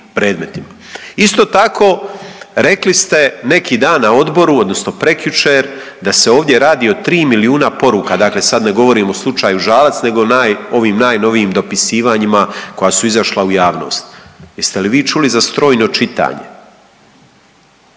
Isto tako rekli ste neki dan na odboru, odnosno prekjučer da se ovdje radi o tri milijuna poruka. Dakle, sad ne govorim o slučaju Žalac, nego ovim najnovijim dopisivanjima koja su izašla u javnost. Jeste li vi čuli za strojno čitanje?